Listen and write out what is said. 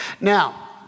Now